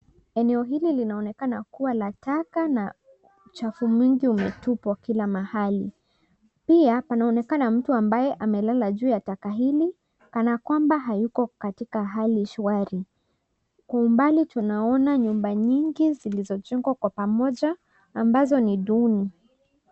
Eneo hili linaonekana kuwa la taka na uchafu mwingi umetupwa kila mahali. Pia panaonekana mtu ambaye amelala juu ya taka hili kana kwamba hayuko katika hali shwari. Kwa umbali tunaona nyumba nyingi zilizo jengwa kwa pamoja ambazo ni duni.